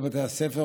בבתי הספר,